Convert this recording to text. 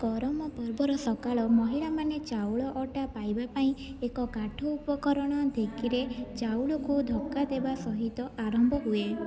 କରମ ପର୍ବର ସକାଳ ମହିଳାମାନେ ଚାଉଳ ଅଟା ପାଇବା ପାଇଁ ଏକ କାଠ ଉପକରଣ ଧେକିରେ ଚାଉଳକୁ ଧକ୍କା ଦେବା ସହିତ ଆରମ୍ଭ ହୁଏ